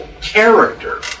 character